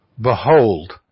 Behold